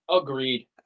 agreed